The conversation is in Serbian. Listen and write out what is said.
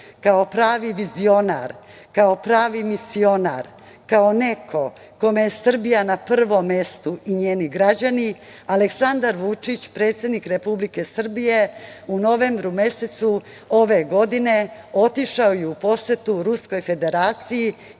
kao pravi vizionar, kao pravi misionar, kao neko kome je Srbija na prvom mestu i njeni građani, Aleksandar Vučić predsednik Republike Srbije u novembru mesecu ove godine otišao je u posetu Ruskoj Federaciji